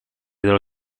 dello